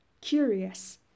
curious